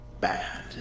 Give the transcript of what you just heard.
bad